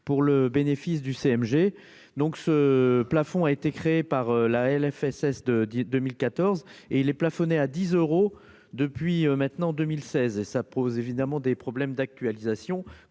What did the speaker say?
pour le bénéfice du CMG donc ce plafond a été créé par la LFSS de dès 2014 et il est plafonné à 10 euros depuis maintenant 2016 et ça pose évidemment des problèmes d'actualisation,